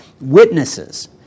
witnesses